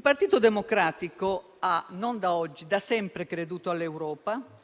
Partito Democratico, non da oggi, ma da sempre, ha creduto all'Europa. Lo abbiamo sempre fatto: spesso, purtroppo, da soli. Ci abbiamo creduto anche quando, come molte volte negli ultimi anni, abbiamo criticato scelte, rigidità,